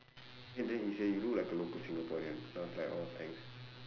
then then then he say you look like a local singaporean then I was like orh thanks